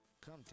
Come